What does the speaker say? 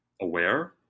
aware